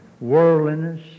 worldliness